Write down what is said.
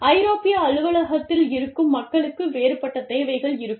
ஐரோப்பிய அலுவலகத்தில் இருக்கும் மக்களுக்கு வேறுபட்ட தேவைகள் இருக்கும்